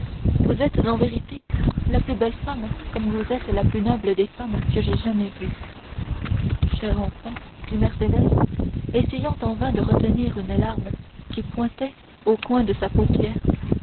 vous êtes en vérité la plus belle comme vous êtes la plus noble des femmes que j'aie jamais vues cher enfant dit mercédès essayant en vain de retenir une larme qui pointait au coin de sa paupière